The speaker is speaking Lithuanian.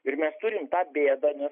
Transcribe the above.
ir mes turim tą bėdą nes